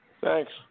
Thanks